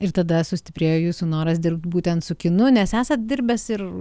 ir tada sustiprėjo jūsų noras dirbt būtent su kinu nes esat dirbęs ir